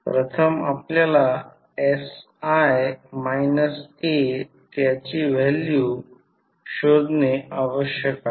प्रथम आपल्याला sI A त्याची व्हॅल्यू शोधणे आवश्यक आहे